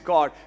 God